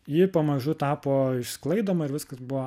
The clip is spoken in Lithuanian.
ji pamažu tapo išsklaidoma ir viskas buvo